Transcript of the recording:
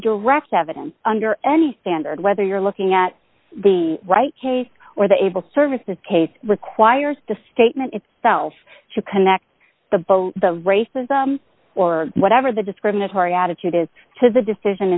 direct evidence under any standard whether you're looking at the right case or the able services case requires the statement itself to connect the boat the racism or whatever the discriminatory attitude is to the decision